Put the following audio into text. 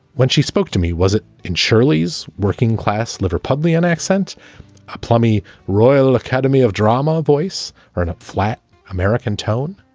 when she spoke to me, was it in shirley's working class? liverpudlian accent ah plummy royal academy of drama voice or in a flat american tone?